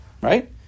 right